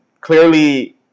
clearly